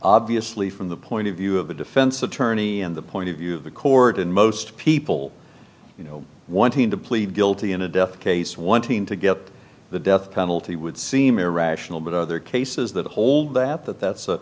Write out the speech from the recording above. obviously from the point of view of the defense attorney and the point of view of the court and most people you know wanting to plead guilty in a death case wanting to get the death penalty would seem irrational but other cases that hold that the that